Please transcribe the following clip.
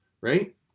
right